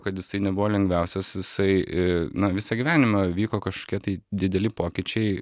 kad jisai nebuvo lengviausias jisai na visą gyvenimą vyko kažkokie tai dideli pokyčiai